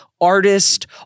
artist